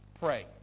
pray